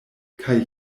kaj